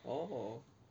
oh